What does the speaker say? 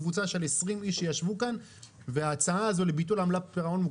קבוצה של 20 איש שישבו כאן וההצעה הזו לביטול עמלת פירעון,